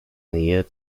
nähe